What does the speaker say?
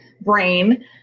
brain